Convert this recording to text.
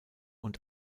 und